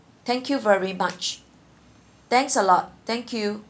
thank you very much thanks a lot thank you